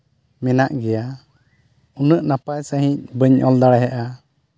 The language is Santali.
ᱢᱮᱱᱟᱜ ᱜᱮᱭᱟ ᱩᱱᱟᱹᱜ ᱱᱟᱯᱟᱭ ᱥᱟᱺᱦᱤᱡ ᱵᱟᱹᱧ ᱚᱞ ᱫᱟᱲᱮᱭᱟᱜᱼᱟ